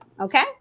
Okay